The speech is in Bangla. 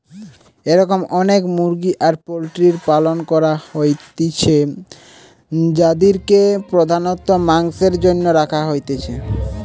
এরম অনেক মুরগি আর পোল্ট্রির পালন করা হইতিছে যাদিরকে প্রধানত মাংসের জন্য রাখা হয়েটে